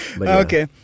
okay